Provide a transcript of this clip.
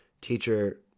teacher